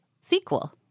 sequel